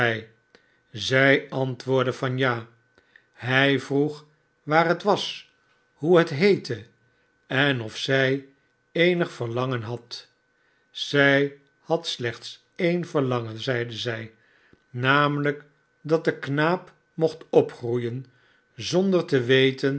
zij antwoordde van ja hij vroeg waar het was hoe het heette en of zij eenig verlangen had zij had slechts e'en verlangen zeide zij namelijk dat de knaap mocht opgroeien zonder te weten